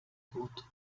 gut